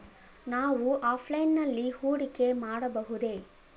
ನಾವು ಆಫ್ಲೈನ್ ನಲ್ಲಿ ಹೂಡಿಕೆ ಮಾಡಬಹುದೇ?